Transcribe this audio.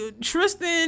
Tristan